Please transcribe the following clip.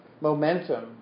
momentum